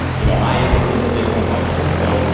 you know, i am a believer in bitcoin long term. so, you